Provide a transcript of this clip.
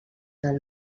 del